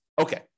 Okay